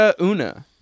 Una